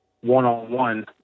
one-on-one